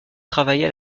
travailla